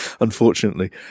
Unfortunately